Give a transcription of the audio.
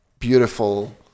beautiful